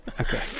Okay